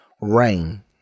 rain